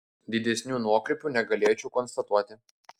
didesnių nuokrypių negalėčiau konstatuoti